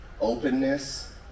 openness